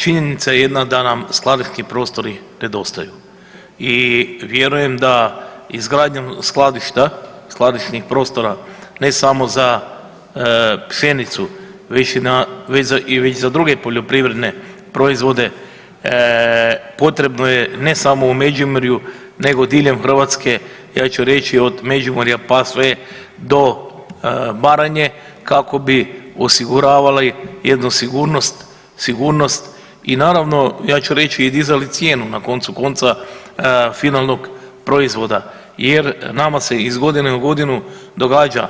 Činjenica jedna da nam skladišni prostori nedostaju i vjerujem da izgradnjom skladišta, skladišnih prostora ne samo za pšenicu već i za druge poljoprivredne proizvode potrebno je ne samo u Međimurju nego diljem Hrvatske ja ću reći od Međimurja pa sve do Baranje kako bi osiguravali jednu sigurnost i naravno ja ću reći i dizali cijenu na koncu konca finalnog proizvoda jer nama se iz godine u godinu događa